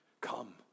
Come